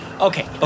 okay